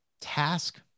Task